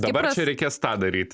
dabar čia reikės tą daryt